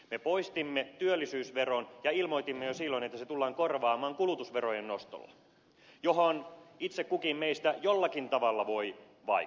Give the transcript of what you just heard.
me poistimme työllisyysveron ja ilmoitimme jo silloin että se tullaan korvaamaan kulutusverojen nostolla johon itse kukin meistä jollakin tavalla voi vaikuttaa